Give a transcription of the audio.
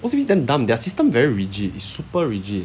O_C_B_C damn dumb their system very rigid is super rigid